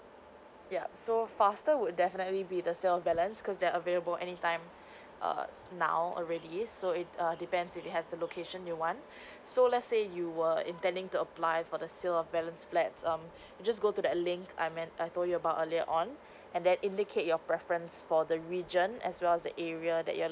yup so faster would definitely be the sale of balance cause they're available any time err now already so it's err depends if it has the location you want so let's say you were intending to apply for the sale of balance flats um you just go to that link I men~ I told you about earlier on and then indicate your preference for the region as well as the area that you're